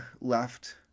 left